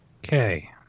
Okay